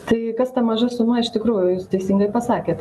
tai kas ta maža suma iš tikrųjų jūs teisingai pasakėt